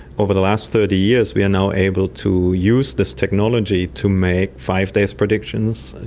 over the last thirty years, we are now able to use this technology to make five-day predictions,